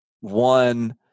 One